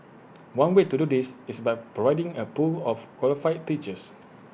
one way to do this is by providing A pool of qualified teachers